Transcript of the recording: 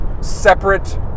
separate